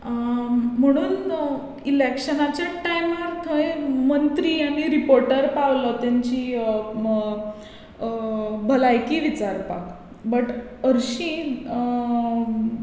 म्हणून इलेक्शनाच्याच टायमार थंय मंत्री आनी रिपोर्टर पावलो तांची भलायकी विचारपाक बट हरशीं